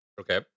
Okay